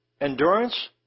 Endurance